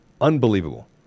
unbelievable